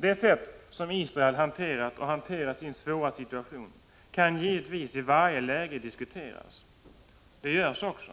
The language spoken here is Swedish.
Det sätt som Israel hanterat och hanterar sin svåra situation på kan givetvis i varje läge diskuteras. Det görs också.